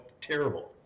terrible